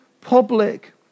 public